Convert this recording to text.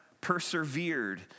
persevered